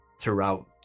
throughout